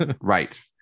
Right